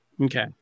okay